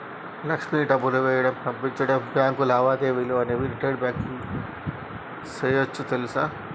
లక్ష్మి డబ్బులు వేయడం, పంపించడం, బాంకు లావాదేవీలు అనేవి రిటైల్ బాంకింగ్ సేయోచ్చు తెలుసా